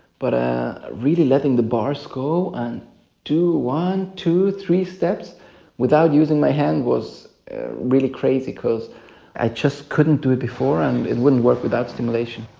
but ah really letting the bars go and, one, two, three steps without using my hands was really crazy because i just couldn't do it before and it wouldn't work without stimulation.